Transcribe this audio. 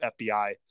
fbi